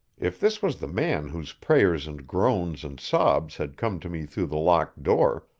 if this was the man whose prayers and groans and sobs had come to me through the locked door,